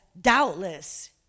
doubtless